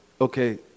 okay